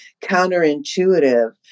counterintuitive